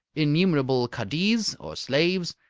innumerable kaddiz or slaves,